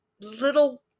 little